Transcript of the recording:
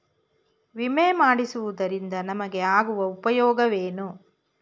ವಿಮೆ ಮಾಡಿಸುವುದರಿಂದ ನಮಗೆ ಆಗುವ ಉಪಯೋಗವೇನು?